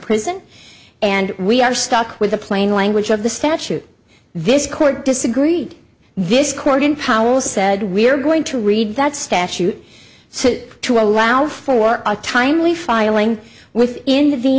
prison and we are stuck with the plain language of the statute this court disagreed this corgan powell said we are going to read that statute says to allow for a timely filing with end of the